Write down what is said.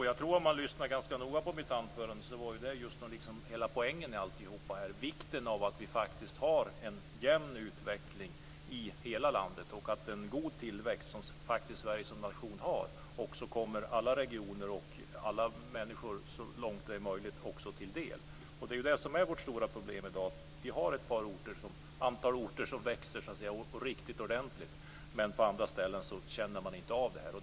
Fru talman! Om man lyssnade ganska noga på mitt anförande hörde man att själva poängen med det hela var vikten av att ha en jämn utveckling i hela landet och en god tillväxt, vilket faktiskt Sverige som nation har, som kommer alla regioner och så många människor som möjligt till del. Det som är vårt stora problem i dag är att vi har ett antal orter som växer riktigt ordentligt, medan man på andra ställen inte känner av tillväxten.